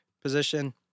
position